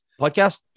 podcast